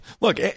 look